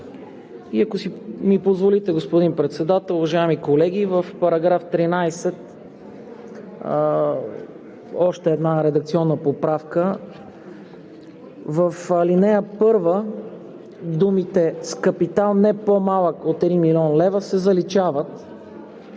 И ако ми позволите, господин Председател, уважаеми колеги, в § 13 още една редакционна поправка: в ал. 1 думите „с капитал, не по-малък от 1 000 000 лв.“ се заличават.